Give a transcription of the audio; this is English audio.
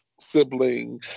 sibling